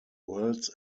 worlds